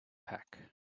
pack